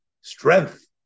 strength